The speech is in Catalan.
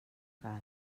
cal